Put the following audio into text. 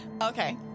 Okay